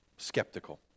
skeptical